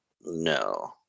no